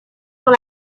dans